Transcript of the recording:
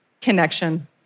connection